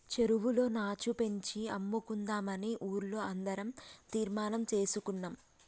చెరువులో నాచు పెంచి అమ్ముకుందామని ఊర్లో అందరం తీర్మానం చేసుకున్నాం